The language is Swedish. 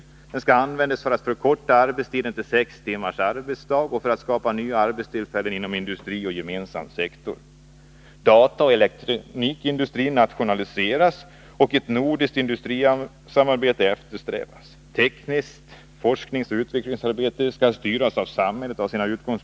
De skall användas för att förkorta arbetstiden till sex timmars arbetsdag och för att skapa nya arbetstillfällen inom industri och gemensam sektor. av samhället och ha sina utgångspunkter i människors behov av arbete, god Torsdagen den hälsa och ren miljö.